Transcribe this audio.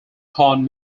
kon